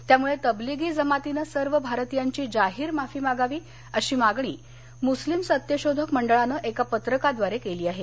त्यामुळे तबलिगी जमातीनं सर्व भारतीयांची जाहीर माफी मागावी अशी मागणी मुस्लिम सत्यशोधक मंडळानं एका पत्रकाद्वारे केली आहे